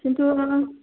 खिन्थु